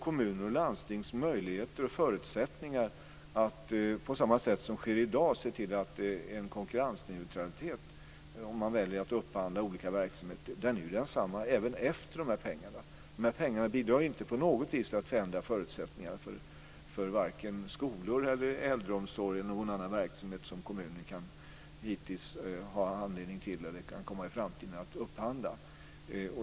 Kommuners och landstings möjligheter och förutsättningar att, på samma sätt som sker i dag, se till att det är en konkurrensneutralitet om man väljer att upphandla olika verksamheter, är ju desamma även efter de här pengarna. De här pengarna bidrar inte på något vis till att förändra förutsättningarna för varken skolor, äldreomsorg eller någon annan verksamhet som kommunen hittills har haft anledning till att eller i framtiden kan komma att upphandla.